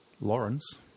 Lawrence